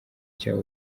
cyawe